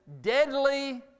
deadly